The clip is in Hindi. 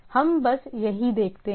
हम बस यही देखते हैं